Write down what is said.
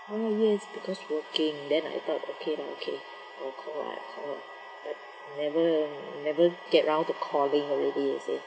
oh yes because working then I thought okay lah okay I'll call I'll call but never never get round to calling already you see